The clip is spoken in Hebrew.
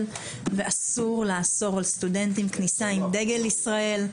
ואסור לאסור על סטודנטים כניסה עם דגל ישראל.